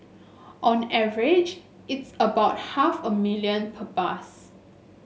on average it's about half a million per bus